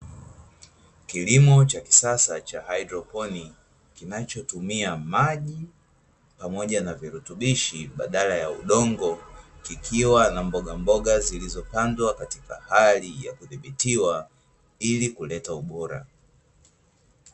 Kilimo cha kisasa cha haidroponi, kinachotumia maji pamoja na virutubishi badala ya udongo, kikiwa na mbogamboga zilizopandwa katika hali ya kudhibitiwa ili kuleta ubora.